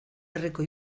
herriko